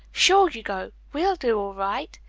sure you go! we'll do all right.